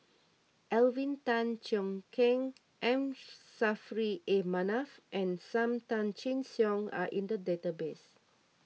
Alvin Tan Cheong Kheng M Saffri A Manaf and Sam Tan Chin Siong are in the database